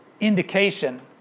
indication